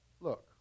look